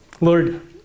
Lord